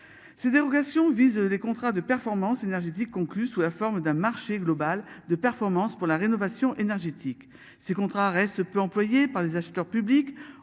Cette dérogation vise les contrats de performance énergétique conclu sous la forme d'un marché global de performance pour la rénovation énergétique, ces contrats restent peu employé par les acheteurs publics